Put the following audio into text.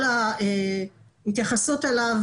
כל ההתייחסות אליו